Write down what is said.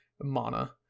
Mana